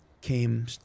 came